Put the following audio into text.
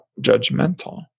judgmental